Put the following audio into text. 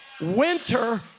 winter